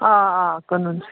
آ آ کٔنُن چھِ